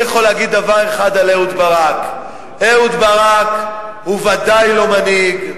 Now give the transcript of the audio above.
אני יכול להגיד דבר אחד על אהוד ברק: אהוד ברק הוא ודאי לא מנהיג,